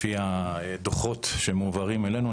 לפי הדוחות שמועברים אלינו,